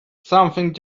something